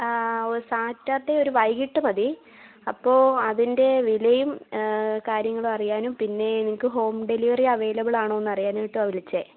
ഓ Saturday ഒരു വൈകിട്ട് മതി അപ്പോൾ അതിൻ്റെ വിലയും കാര്യങ്ങളും അറിയാനും പിന്നെ ഞങ്ങൾക്ക് ഹോം ഡെലിവറി അവൈലബിൾ ആണോ എന്നു അറിയാനായിട്ടുമാണ് വിളിച്ചത്